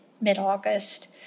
mid-August